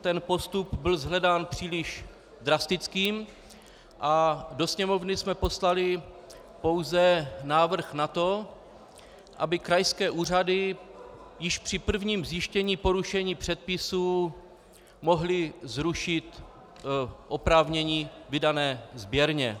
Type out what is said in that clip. Ten postup byl shledán příliš drastickým a do Sněmovny jsme poslali pouze návrh na to, aby krajské úřady již při prvním zjištění porušení předpisů mohly zrušit oprávnění vydané sběrně.